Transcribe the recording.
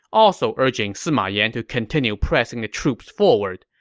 also urging sima yan to continue pressing the troops forward.